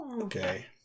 Okay